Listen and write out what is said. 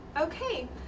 okay